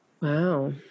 Wow